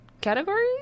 categories